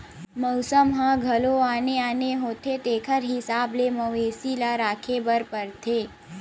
मउसम ह घलो आने आने होथे तेखर हिसाब ले मवेशी ल राखे बर परथे